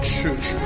Church